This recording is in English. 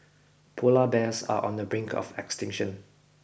polar bears are on the brink of extinction